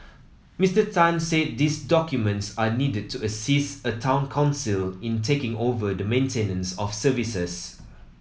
Mister Tan said these documents are needed to assist a Town Council in taking over the maintenance of services